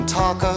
talk